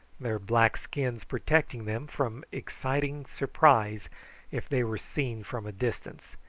their black skins protecting them from exciting surprise if they were seen from a distance,